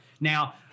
Now